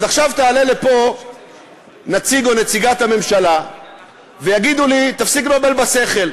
אז עכשיו יעלה לפה נציג או נציגת הממשלה ויגיד לי: תפסיק לבלבל בשכל.